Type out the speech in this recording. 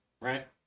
Right